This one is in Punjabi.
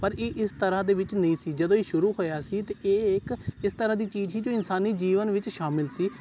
ਪਰ ਇਹ ਇਸ ਤਰ੍ਹਾਂ ਦੇ ਵਿੱਚ ਨਹੀਂ ਸੀ ਜਦੋਂ ਇਹ ਸ਼ੁਰੂ ਹੋਇਆ ਸੀ ਅਤੇ ਇਹ ਇੱਕ ਇਸ ਤਰ੍ਹਾਂ ਦੀ ਚੀਜ਼ ਸੀ ਅਤੇ ਇਨਸਾਨੀ ਜੀਵਨ ਵਿੱਚ ਸ਼ਾਮਿਲ ਸੀ